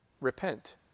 Repent